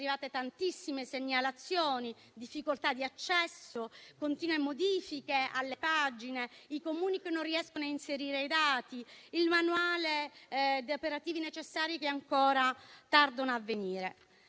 Sono arrivate tantissime segnalazioni: difficoltà di accesso, continue modifiche alle pagine, i Comuni non riescono ad inserire i dati, i manuali operativi necessari tardano ad arrivare.